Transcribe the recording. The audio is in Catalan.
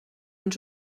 ens